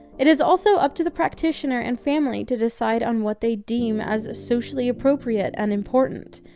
it is also up to the practitioner and family to decide on what they deem as socially appropriate and important.